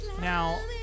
Now